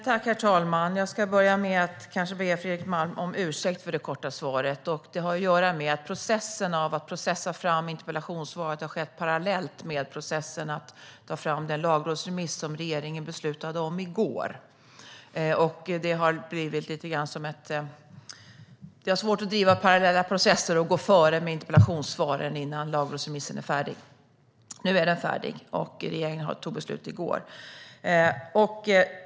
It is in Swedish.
Herr talman! Jag ska börja med att be Fredrik Malm om ursäkt för det korta svaret. Det har att göra med att processen att ta fram interpellationssvaret har skett parallellt med processen att ta fram den lagrådsremiss som regeringen beslutade om i går. Det har varit svårt att driva parallella processer och gå före med interpellationssvaret innan lagrådsremissen var färdig. Nu är den färdig, och regeringen tog beslut igår.